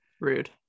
rude